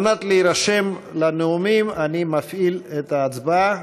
על מנת להירשם לנאומים אני מפעיל את ההצבעה.